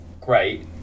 great